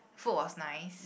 food was nice